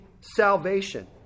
salvation